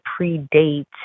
predate